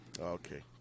Okay